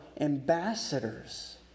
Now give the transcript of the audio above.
ambassadors